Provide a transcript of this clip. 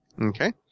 okay